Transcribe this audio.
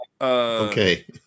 Okay